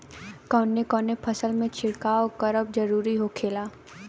कवने कवने फसल में छिड़काव करब जरूरी होखेला?